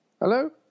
Hello